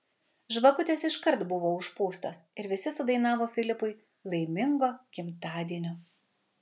žvakutės iškart buvo užpūstos ir visi sudainavo filipui laimingo gimtadienio